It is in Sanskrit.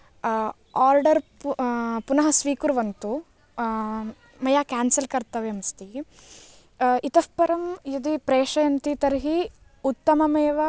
आर्डर् पुनः स्वीकुर्वन्तु मया केन्सल् कर्तव्यम् अस्ति इतः परं यदि प्रेषयन्ति तर्हि उत्तममेव